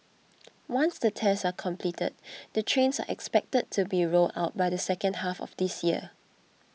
once the tests are completed the trains are expected to be rolled out by the second half of this year